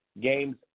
games